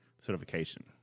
certification